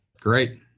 Great